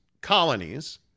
colonies